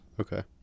Okay